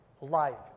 life